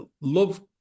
love